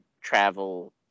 travel